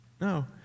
No